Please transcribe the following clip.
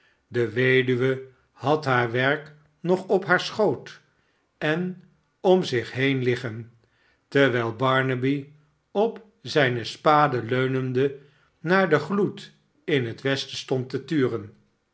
de weduwe had haar werk nog op haar schoot en om zich heen liggen terwijl barnaby op zijne spade leunende naar den gloed in het westen stond te turen